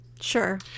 Sure